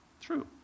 True